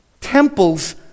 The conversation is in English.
temple's